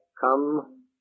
Come